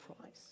price